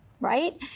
Right